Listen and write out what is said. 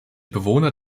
bewohner